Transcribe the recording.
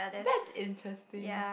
that's interesting